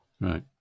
Right